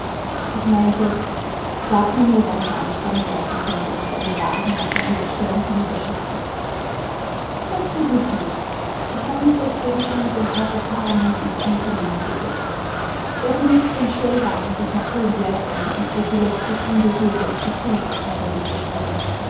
ich meinte sag mir nur wann ich anspannen lassen soll und einen wagen nach maria stern hinüberschicken das tut nicht not ich hab mich deswegen schon mit dem pater faramund ins einvernehmen gesetzt er benutzt den stellwagen bis nach höhenleiten und geht die letzte stunde hierher zu fuß hat er mir geschrieben